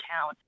town